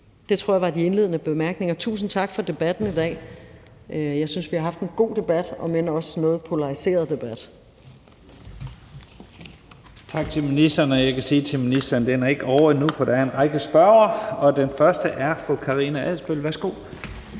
Det tror jeg var de indledende bemærkninger. Tusind tak for debatten i dag. Jeg synes, vi har haft en god debat, omend også en noget polariseret debat.